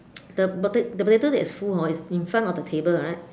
the pota~ potatoes is full hor it's in front of the table right